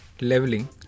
Leveling